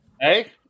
Hey